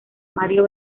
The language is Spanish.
mario